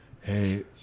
hey